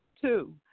Two